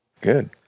Good